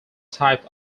types